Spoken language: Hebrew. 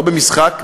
לא במשחק,